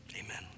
Amen